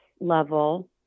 level